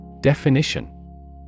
Definition